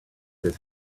his